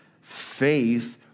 faith